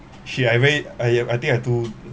she like very I think I too